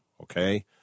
Okay